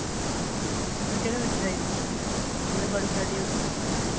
तुसें केह्ड़े बिच चाहिदे उ'दे बड़े बराइटियां न